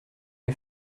est